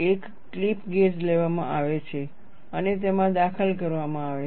એક clip gauge લેવામાં આવે છે અને તેમાં દાખલ કરવામાં આવે છે